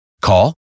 Call